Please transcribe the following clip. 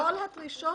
כל הדרישות